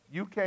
UK